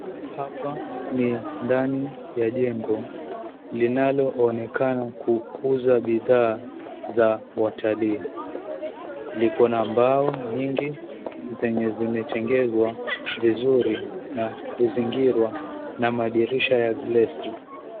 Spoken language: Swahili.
Hapa ni ndani ya jengo linaloonekana kuuza bidhaa za watalii. Likona mbao nyingi zenye zimetengezwa vizuri na kuzingirwa na madirisha ya glesi .